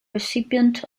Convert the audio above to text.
recipient